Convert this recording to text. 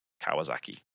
Kawasaki